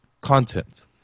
content